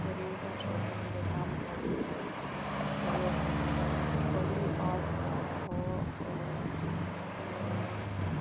reconstruction जें काम चालू जाता चालू आसता त्या वेळार कवी आर्ट फॉर्म हो